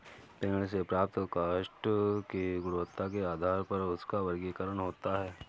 पेड़ से प्राप्त काष्ठ की गुणवत्ता के आधार पर उसका वर्गीकरण होता है